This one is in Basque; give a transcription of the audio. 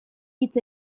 hitz